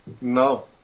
no